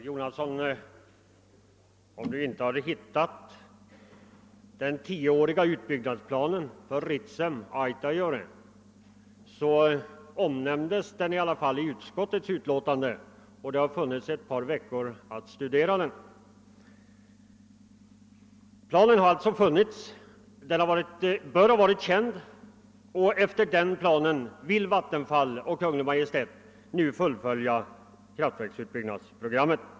Herr talman! Även om herr Jonasson inte hittat den tioåriga utbyggnadsplanen för bl.a. Ritsem-Autajaure, så omnämns den i alla fall i utskottets utlåtande, och det har funnits tillfälle att studera den under ett par veckors tid. Planen har alltså funnits. Efter den planen vill Vattenfall och Kungl. Maj:t nu fullfölja kraftverksutbyggnadsprogrammet.